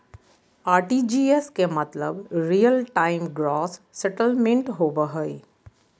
RTGS के मतलब real time gross settlement होबो हय